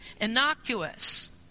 innocuous